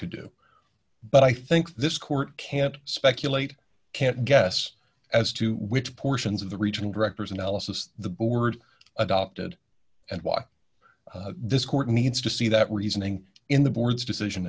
could do but i think this court can't speculate can't guess as to which portions of the regional directors analysis the board adopted and why this court needs to see that reasoning in the board's decision